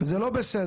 זה לא בסדר,